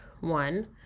one